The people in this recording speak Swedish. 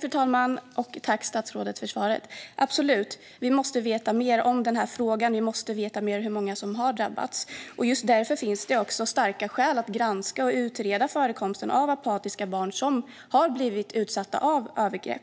Fru talman! Tack, statsrådet, för svaret! Vi måste absolut veta mer i frågan. Vi måste veta mer om hur många som har drabbats. Just därför finns det starka skäl för att granska och utreda förekomsten av apatiska barn som har blivit utsatta för övergrepp.